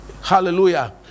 Hallelujah